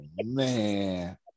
man